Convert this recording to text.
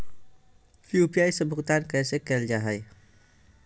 UPI से भुगतान कैसे कैल जहै?